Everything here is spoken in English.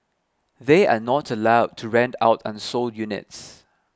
they are not allowed to rent out unsold units